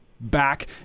back